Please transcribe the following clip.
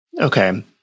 Okay